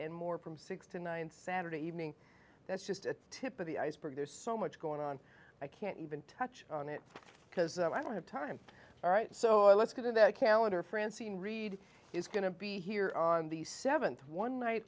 in more promote six to nine saturday evening that's just a tip of the iceberg there's so much going on i can't even touch on it because i don't have time all right so let's go to that calendar francine reed is going to be here on the seventh one night